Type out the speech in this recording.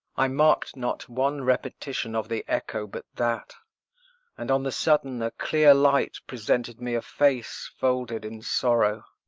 i mark'd not one repetition of the echo but that and on the sudden a clear light presented me a face folded in sorrow.